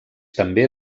també